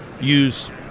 use